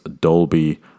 dolby